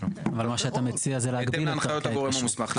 בהתאם להנחיות הגורם המוסמך,